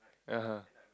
(uh huh)